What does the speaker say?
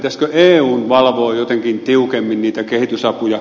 pitäisikö eun valvoa jotenkin tiukemmin niitä kehitysapuja